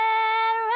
Red